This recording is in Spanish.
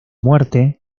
muerte